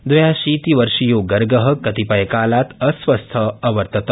दव्याशीतिवर्षीयो गर्ग कतिपयकालात् अस्वस्थ अवर्तत